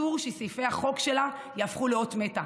אסור שסעיפי החוק שלה יהפכו לאותה מתה.